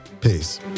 Peace